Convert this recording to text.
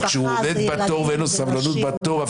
כשהוא עומד בתור ואין לו סבלנות בתור,